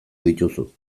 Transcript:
dituzu